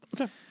Okay